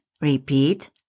Repeat